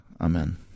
Amen